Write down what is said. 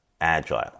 Agile